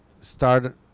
start